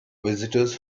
visitors